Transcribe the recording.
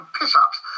piss-ups